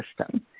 system